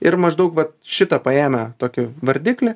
ir maždaug vat šitą paėmę tokį vardiklį